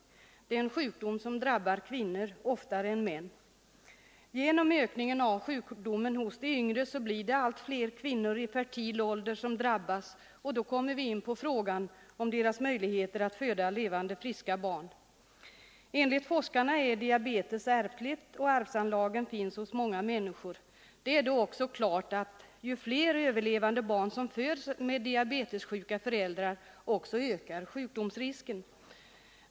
Det är en sjukdom som drabbar kvinnor oftare än män. Genom ökningen av sjukdomen hos de yngre blir det allt fler kvinnor i fertil ålder som drabbas, och då kommer vi in på frågan om deras möjligheter att föda levande och friska barn. Enligt forskarna är diabetes ärftlig och arvsanlagen finns hos många människor. Det är då också klart att ju fler överlevande barn som föds med diabetessjuka föräldrar, desto mer ökar också sjukdomsrisken.